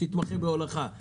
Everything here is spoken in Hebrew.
שתתמחה בהולכה,